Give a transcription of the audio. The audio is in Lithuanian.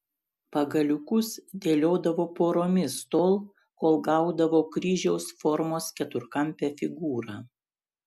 pagaliukus dėliodavo poromis tol kol gaudavo kryžiaus formos keturkampę figūrą